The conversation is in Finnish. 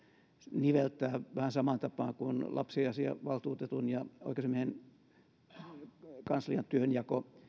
niveltää vähän samaan tapaan kuin lapsiasiavaltuutetun ja oikeusasiamiehen kanslian työnjako